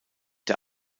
der